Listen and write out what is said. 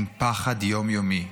עם פחד יום יומי,